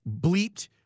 bleeped